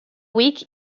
weak